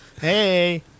Hey